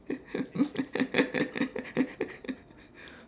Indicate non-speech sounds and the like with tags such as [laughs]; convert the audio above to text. [laughs]